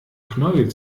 knäuel